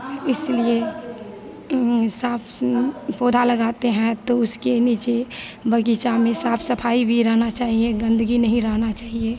इसलिए साफ पौधा लगाते हैं तो उसके नीचे बगीचा में साफ सफाई भी रहना चाहिए गंदगी नहीं रहना चाहिए